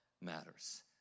matters